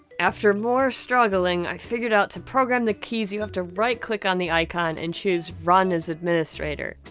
after more struggling i figured out to program the keys you have to right click on the icon and choose run as administrator.